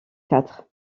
quatre